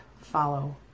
follow